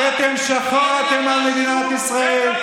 כתם שחור אתם על מדינת ישראל.